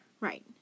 Right